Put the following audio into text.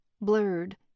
blurred